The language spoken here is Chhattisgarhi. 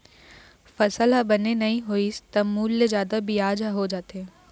फसल ह बने नइ होइस त मूल ले जादा बियाज ह हो जाथे